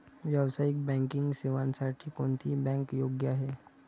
व्यावसायिक बँकिंग सेवांसाठी कोणती बँक योग्य आहे?